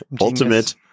ultimate